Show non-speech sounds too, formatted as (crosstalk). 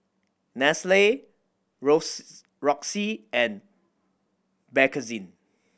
Nestle (unintelligible) Roxy and Bakerzin